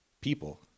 People